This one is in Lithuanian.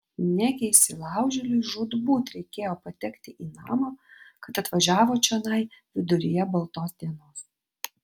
negi įsilaužėliui žūtbūt reikėjo patekti į namą kad atvažiavo čionai viduryje baltos dienos